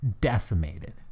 decimated